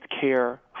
care